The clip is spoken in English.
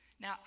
Now